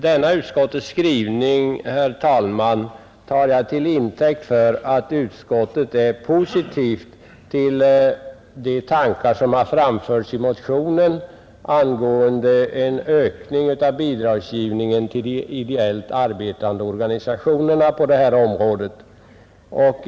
Denna utskottets skrivning tar jag, herr talman, till intäkt för att utskottet är positivt till de tankar som har framförts i motionen angående en ökning av bidragsgivningen till de ideellt arbetande organisationerna på det här området.